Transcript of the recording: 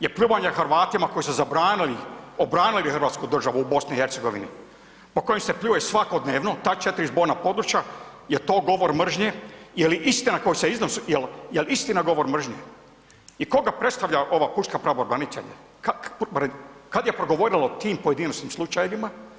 Je pljuvanje Hrvatima koji su zabranili, obranili hrvatsku državu u BiH, po kojim se pljuje svakodnevno, ta 4 zborna područja, jel to govor mržnje, je li istina koju se iznosi, jel istina govor mržnje i koga predstavlja ova pučka pravobranitelje, kad je progovorila o tim pojedinosnim slučajevima?